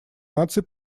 наций